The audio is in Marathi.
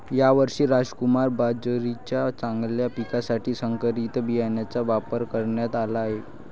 यावर्षी रामकुमार बाजरीच्या चांगल्या पिकासाठी संकरित बियाणांचा वापर करण्यात आला आहे